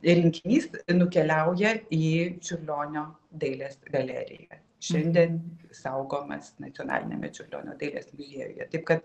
rinkinys nukeliauja į čiurlionio dailės galeriją šiandien saugomas nacionaliniame čiurlionio dailės muziejuje taip kad